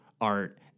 art